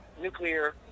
nuclear